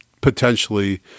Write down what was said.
potentially